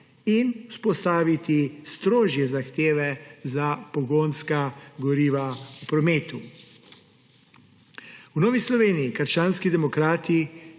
in vzpostaviti strožje zahteve za pogonska goriva v prometu. V Novi Sloveniji – krščanskih demokratih